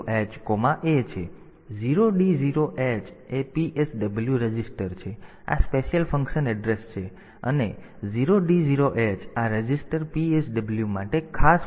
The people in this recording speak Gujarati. તેથી આ એક MOV 0D0h A છે 0D0h એ PSW રજિસ્ટર છે આ સ્પેશિયલ ફંક્શન એડ્રેસ છે અને 0D0h આ રજિસ્ટર PSW માટે ખાસ ફંક્શન એડ્રેસ છે